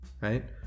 right